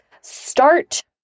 start